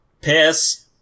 Piss